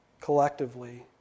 collectively